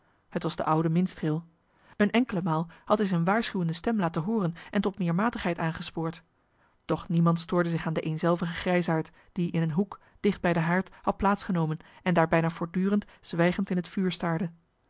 het was de oude minstreel een enkele maal had hij zijne waarschuwende stem laten hooren en tot meer matigheid aangespoord doch niemand stoorde zich aan den eenzelvigen grijsaard die in een hoek dicht bij den haard had plaats genomen en daar bijna voortdurend zwijgend in het vuur staarde